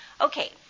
Okay